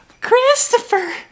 Christopher